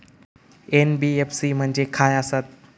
NBFC म्हणजे खाय आसत?